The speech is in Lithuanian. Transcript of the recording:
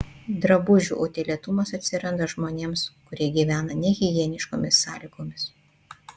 drabužių utėlėtumas atsiranda žmonėms kurie gyvena nehigieniškomis sąlygomis